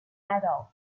adult